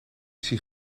zie